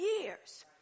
years